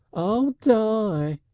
i'll die!